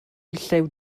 llew